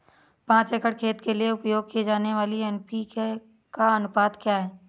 पाँच एकड़ खेत के लिए उपयोग की जाने वाली एन.पी.के का अनुपात क्या है?